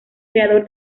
creador